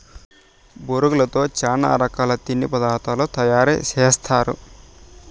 బొరుగులతో చానా రకాల తిండి పదార్థాలు తయారు సేస్తారు